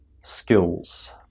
skills